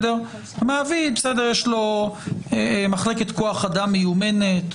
המעביד יש לו מחלקת כוח-אדם מיומנת,